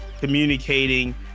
communicating